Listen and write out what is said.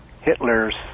Hitler's